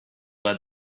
led